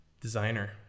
designer